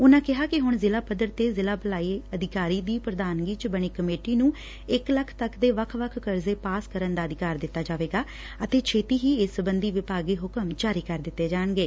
ਉਨ੍ਹਾ ਕਿਹਾ ਕਿ ਹੁਣ ਜ਼ਿਲ੍ਹਾ ਪੱਧਰ ਤੇ ਜ਼ਿਲ੍ਹਾ ਭਲਾਈ ਅਧਿਕਾਰੀ ਦੀ ਪ੍ਰਧਾਨਗੀ ਚ ਬਣੀ ਕਮੇਟੀ ਨ੍ਹੰ ਇਕ ਲੱਖ ਤੱਕ ਦੇ ਵੱਖ ਵੱਖ ਕਰਜ਼ੇ ਪਾਸ ਕਰਨ ਦਾ ਅਧਿਕਾਰ ਦਿੱਤਾ ਜਾਵੇਗਾ ਅਤੇ ਛੇਤੀ ਹੀ ਇਸ ਸਬੰਧੀ ਵਿਭਾਗੀ ਹੁਕਮ ਜਾਰੀ ਕਰ ਦਿੱਤੇ ਜਾਣਗੇ